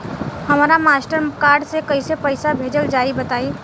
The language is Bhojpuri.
हमरा मास्टर कार्ड से कइसे पईसा भेजल जाई बताई?